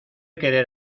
querer